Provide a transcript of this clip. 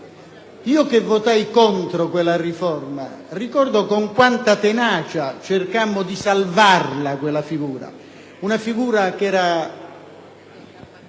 Io che votai contro quella riforma ricordo con quanta tenacia cercammo di salvare quella figura, che